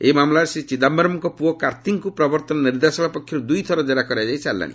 ଏହି ମାମଲାରେ ଶ୍ରୀ ଚିଦାୟରମ୍ଙ୍କ ପୁଅ କାର୍ଭିଙ୍କୁ ପ୍ରବର୍ତ୍ତନ ନିର୍ଦ୍ଦେଶାଳୟ ପକ୍ଷରୁ ଦୁଇଥର କ୍ଜେରା କରାଯାଇ ସାରିଛି